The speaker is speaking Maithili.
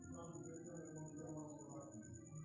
बैंकिंग एजेंट डाकघर, सुपरमार्केट, लाटरी, हुवै छै